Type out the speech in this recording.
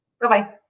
Bye-bye